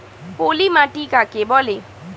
পলি মাটি কাকে বলে?